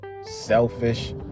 selfish